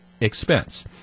expense